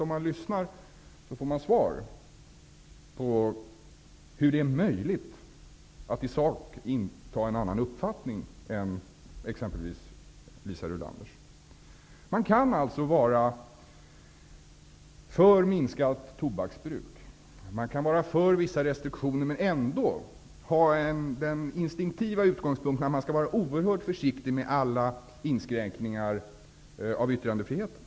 Om man lyssnar så får man svar på hur det är möjligt att i sak inta en annan uppfattning än exempelvis Liisa Rulanders. Man kan alltså vara för minskat tobaksbruk och för vissa restriktioner, men ändå ha den instinktiva utgångspunkten att man skall vara oerhört försiktig med alla inskränkningar av yttrandefriheten.